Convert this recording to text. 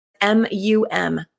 M-U-M